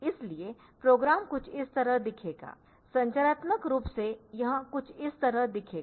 इसलिए प्रोग्राम कुछ इस तरह दिखेगा संरचनात्मक रूप से यह कुछ इस तरह दिखेगा